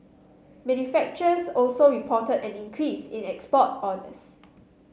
manufacturers also reported an increase in export orders